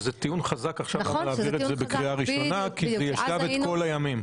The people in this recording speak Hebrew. זה טיעון חזק להעביר את זה בקריאה ראשונה כי זה ישב את כל הימים.